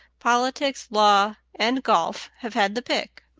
politics, law, and golf have had the pick.